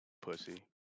Pussy